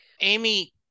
Amy